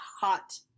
hot